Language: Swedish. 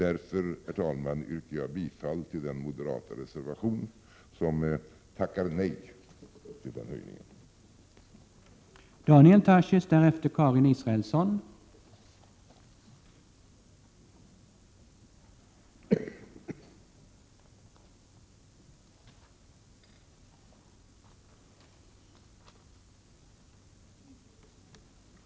Därför, herr talman, yrkar jag bifall till den reservation där vi moderater tackar nej till en sådan höjning.